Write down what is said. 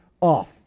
off